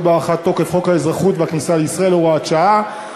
בהארכת תוקף חוק האזרחות והכניסה לישראל (הוראת שעה),